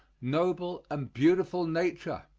noble, and beautiful nature.